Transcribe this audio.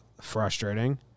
frustrating